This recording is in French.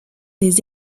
des